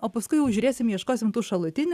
o paskui jau žiūrėsim ieškosim tų šalutinių